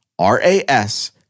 RAS